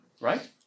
right